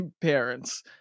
parents